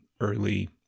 early